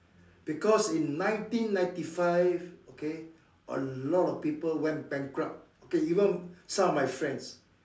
because in nineteen ninety five okay a lot of people went bankrupt okay even some of my friends